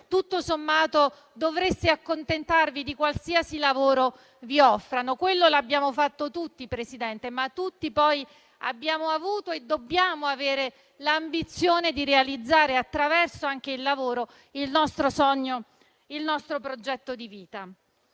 tutto sommato dovrebbero accontentarsi di qualsiasi lavoro venga loro offerto. Lo abbiamo fatto tutti, signor Presidente, ma tutti poi abbiamo avuto e dobbiamo avere l'ambizione di realizzare, anche attraverso il lavoro, il nostro sogno, il nostro progetto di vita.